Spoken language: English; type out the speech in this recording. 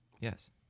Yes